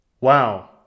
Wow